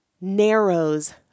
narrows